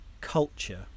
culture